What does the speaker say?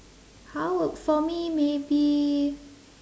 how w~ for me maybe